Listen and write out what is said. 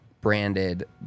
branded